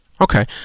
Okay